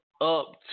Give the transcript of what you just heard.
up